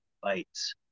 fights